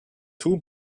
two